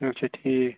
آچھا ٹھیٖک